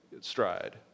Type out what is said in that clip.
stride